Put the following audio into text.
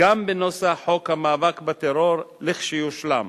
גם בנוסח חוק המאבק בטרור לכשיושלם.